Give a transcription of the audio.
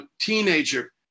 teenager